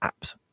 apps